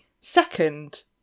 second